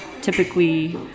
typically